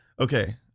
Okay